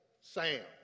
Sam